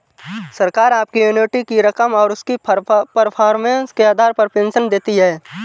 सरकार आपकी एन्युटी की रकम और उसकी परफॉर्मेंस के आधार पर पेंशन देती है